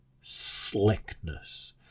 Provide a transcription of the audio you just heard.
slickness